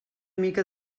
mica